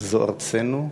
זו ארצנו,